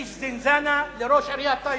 איש "זינזאנה", לראש עיריית טייבה.